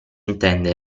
intende